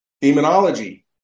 Demonology